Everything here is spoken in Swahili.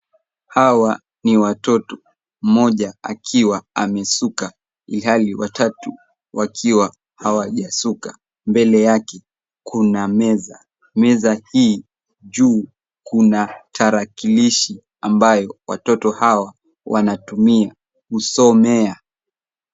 Hawa ni watoto, mmoja akiwa amesuka ilhali watatu wakiwa hawajasuka. Mbele yake kuna meza. Meza hii juu kuna tarakilishi ambayo watoto hawa wanatumia kusomea.